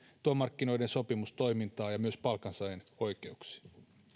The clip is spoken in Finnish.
työmarkkinoiden sopimustoimintaa ja myös palkansaajien oikeuksia